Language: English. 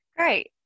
Great